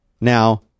Now